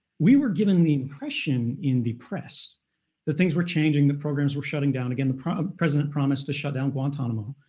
we were given the impression in the press that things were changing, that programs were shutting down. again, the president promised to shut down guantanamo,